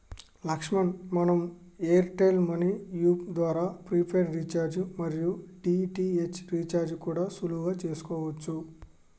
లక్ష్మణ్ మనం Airtel money app ద్వారా prepaid recharge మరియు డి.టి.హెచ్ రీఛార్జి కూడా సులువుగా చేసుకోవచ్చు